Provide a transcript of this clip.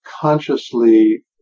consciously